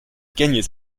gagner